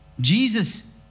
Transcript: Jesus